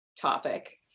topic